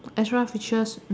extra features